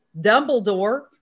Dumbledore